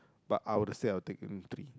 but I would say I take only three